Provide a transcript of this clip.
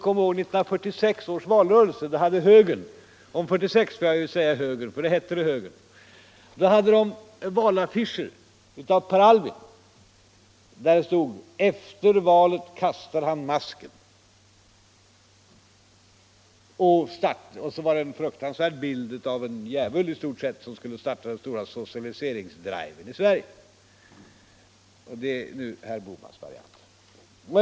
I 1946 års valrörelse hade högern — när det gäller den tiden får jag säga ”högern”, eftersom partiet då hette så — valaffischer med en bild av Per Albin, där det stod: ”Efter valet kastar han masken.” Bilden var fruktansvärd, närmast påminnande om en djävul, och avsikten var att varna för startandet av den stora socialiseringsdriven i Sverige. Det är nu herr Bohmans variant.